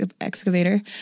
excavator